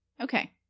Okay